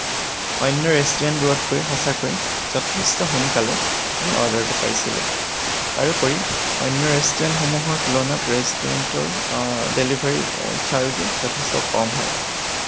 অন্য ৰেষ্টোৰেণ্টবোৰতকৈ সঁচাকৈ যথেষ্ট সোনকালে আমি অৰ্ডাৰটো পাইছিলোঁ তাৰোপৰি অন্য ৰেষ্টোৰেণ্টসমূহৰ তুলনাত ৰেষ্টোৰেণ্টৰ ডেলিভাৰী ছাৰ্জো যথেষ্ট কম হয়